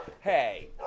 hey